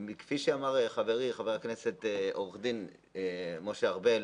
כפי שאמר חברי חבר הכנסת עו"ד משה ארבל,